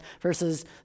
versus